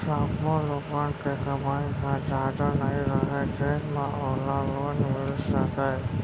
सब्बो लोगन के कमई ह जादा नइ रहय जेन म ओला लोन मिल सकय